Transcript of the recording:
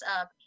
up